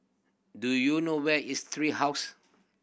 do you know where is Tree House